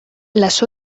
las